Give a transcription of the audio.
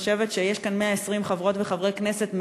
יש כאן 120 חברות וחברי כנסת,